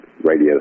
radio